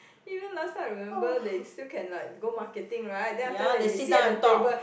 even last time I remember they still can like go marketing right then after that they sit at the table